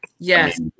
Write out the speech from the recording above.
Yes